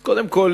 אז קודם כול,